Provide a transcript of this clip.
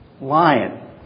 lion